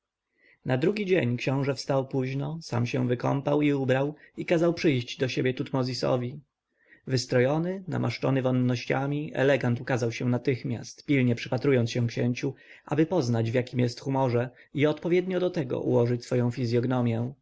na drugi dzień książę wstał późno sam się wykąpał i ubrał i kazał przyjść do siebie tutmozisowi wystrojony namaszczony wonnościami elegant ukazał się natychmiast pilnie przypatrując się księciu aby poznać w jakim jest humorze i odpowiednio do tego ułożyć swoją fizjognomję